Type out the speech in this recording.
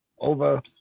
over